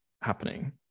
happening